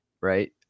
right